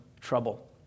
trouble